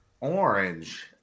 Orange